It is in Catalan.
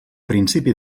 principi